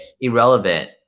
irrelevant